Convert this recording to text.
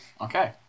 Okay